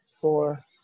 four